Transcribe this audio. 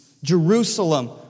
Jerusalem